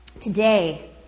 Today